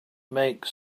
make